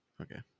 Okay